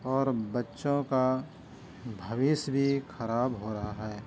اور بچوں کا بھوش بھی خراب ہو رہا ہے